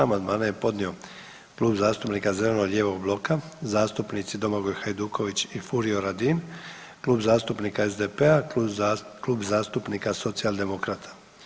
Amandmane je podnio Klub zastupnika zeleno-lijevog bloka, zastupnici Domagoj Hajduković i Furio Radin, Klub zastupnika SDP-a, Klub zastupnika Socijaldemokrata.